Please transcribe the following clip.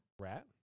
Rat